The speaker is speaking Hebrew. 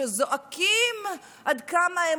שזועקים עד כמה הם